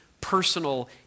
personal